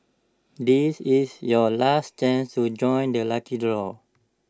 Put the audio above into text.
this is your last chance to join the lucky draw